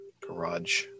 garage